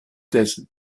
desert